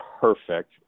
perfect